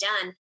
done